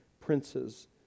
princes